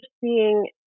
seeing